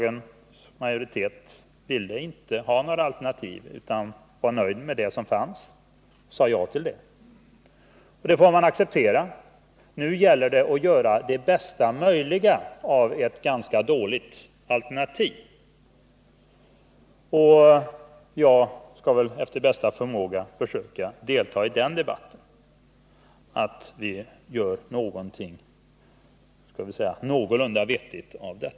En majoritet i riksdagen ville inte ha några alternativ utan var nöjd med det som fanns och sade ja till det. Det får man acceptera, och nu gäller det att göra det bästa möjliga av ett ganska dåligt alternativ. Jag skall försöka att efter bästa förmåga delta i den debatten för att vi skall kunna göra någonting som är någorlunda vettigt av det.